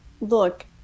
look